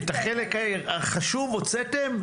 את החלק החשוב הוצאתם?